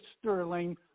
Sterling